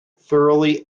thoroughly